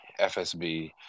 fsb